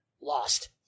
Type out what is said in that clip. lost